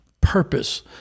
purpose